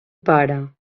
pare